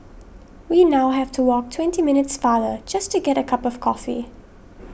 we now have to walk twenty minutes farther just to get a cup of coffee